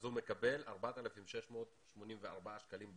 אז הוא מקבל 4,684 שקלים בחודש.